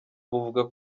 buvuga